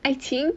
爱情